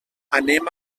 anem